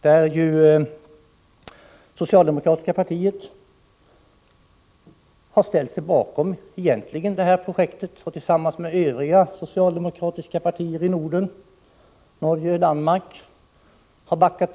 Det socialdemokratiska partiet har ställt sig bakom detta projekt och backat upp det tillsammans med de socialdemokratiska partierna i Danmark och Norge.